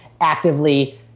actively